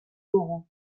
dugu